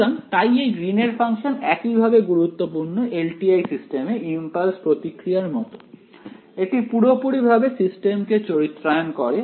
সুতরাং তাই এই গ্রীনের ফাংশন একইভাবে গুরুত্বপূর্ণ এলটিআই সিস্টেমে ইমপালস প্রতিক্রিয়া এর মত এটি পুরোপুরি ভাবে সিস্টেমকে চরিত্রায়ন করে